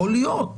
יכול להיות,